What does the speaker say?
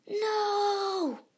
No